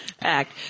Act